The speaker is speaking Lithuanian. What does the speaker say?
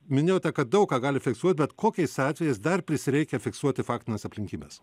minėjote kad daug ką gali fiksuoti bet kokiais atvejais dar prisireikia fiksuoti faktines aplinkybes